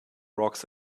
rocks